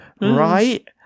Right